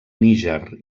níger